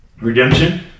Redemption